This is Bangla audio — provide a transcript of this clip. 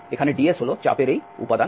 ds হল চাপের এই উপাদান